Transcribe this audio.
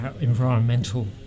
environmental